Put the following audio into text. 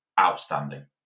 outstanding